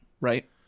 Right